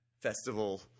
festival